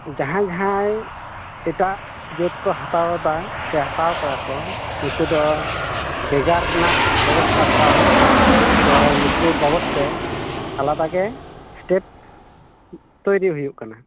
ᱡᱟᱦᱟᱸ ᱡᱟᱦᱟᱸᱭ ᱮᱴᱟᱜ ᱡᱟᱹᱛ ᱠᱚ ᱦᱟᱛᱟᱣ ᱫᱟ ᱥᱮ ᱦᱟᱛᱟᱣ ᱠᱟᱫᱟ ᱠᱚ ᱩᱱᱠᱩ ᱫᱚ ᱵᱮᱜᱟᱨ ᱨᱮᱱᱟᱜ ᱵᱮᱵᱚᱥᱛᱟ ᱠᱚᱨᱟᱣ ᱦᱩᱭᱩᱜ ᱠᱟᱱᱟ ᱥᱮ ᱱᱩᱠᱩ ᱵᱟᱵᱚᱛᱼᱛᱮ ᱟᱞᱟᱫᱟᱜᱮ ᱥᱴᱮᱯ ᱛᱚᱭᱨᱤ ᱦᱩᱭᱩᱜ ᱠᱟᱱᱟ